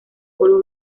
polvo